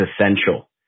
essential